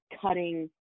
cutting